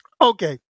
okay